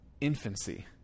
infancy